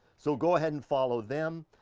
so, go ahead and follow them.